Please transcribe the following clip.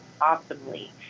optimally